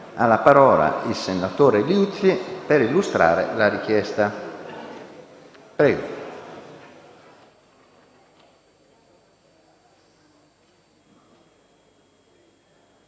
la parola il senatore Liuzzi per illustrare la richiesta.